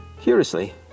Curiously